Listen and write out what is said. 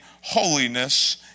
holiness